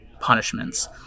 punishments